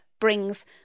brings